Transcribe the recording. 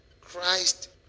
Christ